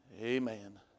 amen